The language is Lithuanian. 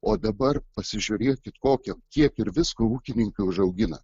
o dabar pasižiūrėkit kokia kiek ir visko ūkininkai užaugina